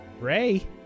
Ray